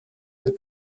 del